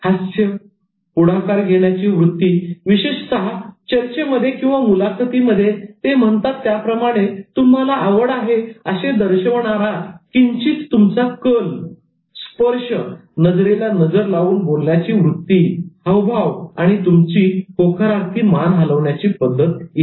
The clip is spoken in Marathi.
हास्य पुढाकार घेण्याची वृत्ती विशेषतः चर्चेमध्ये किंवा मुलाखतीमध्ये ते म्हणतात त्याप्रमाणे तुम्हाला आवड आहे असे दर्शविणारा किंचित कल स्पर्श नजरेला नजर लावून बोलण्याची वृत्ती हावभाव आणि तुमची होकारार्थी मान हलवण्याची पद्धत इ